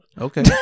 Okay